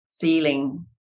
feeling